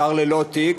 שר ללא תיק,